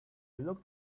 looked